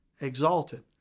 exalted